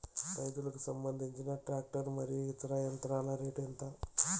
రైతుకు సంబంధించిన టాక్టర్ మరియు ఇతర యంత్రాల రేటు ఎంత?